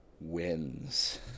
wins